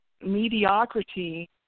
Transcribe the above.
mediocrity